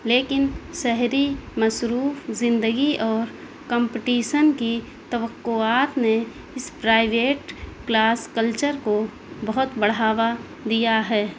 لیکن شہری مصروف زندگی اور کمپٹیسن کی توقعات نے اس پرائیویٹ کلاس کلچر کو بہت بڑھاوا دیا ہے